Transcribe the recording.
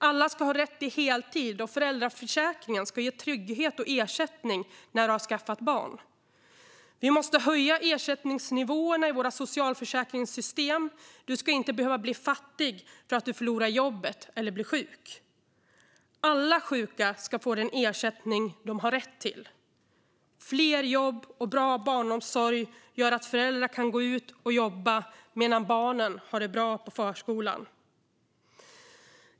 Alla ska ha rätt till heltid, och föräldraförsäkringen ska ge trygghet och ersättning när man har skaffat barn. Vi måste höja ersättningsnivåerna i våra socialförsäkringssystem. Man ska inte behöva bli fattig för att man förlorar jobbet eller blir sjuk. Alla sjuka ska få den ersättning de har rätt till. Fler jobb och bra barnomsorg gör att föräldrar kan jobba medan barnen har det bra på förskolan.